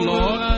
Lord